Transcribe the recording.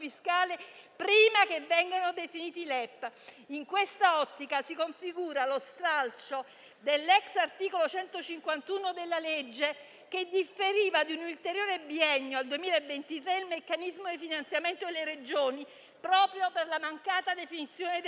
prima che vengano definiti i LEP. In questa ottica si configura lo stralcio dell'ex articolo 151 della legge che differiva di un ulteriore biennio - al 2023 - il meccanismo di finanziamento delle Regioni proprio per la mancata definizione dei LEP,